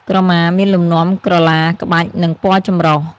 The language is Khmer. ក្រមាមានលំនាំក្រឡាក្បាច់ និងពណ៌ចម្រុះ។